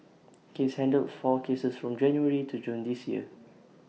case handled four cases from January to June this year